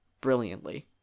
brilliantly